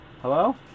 Hello